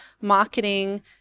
marketing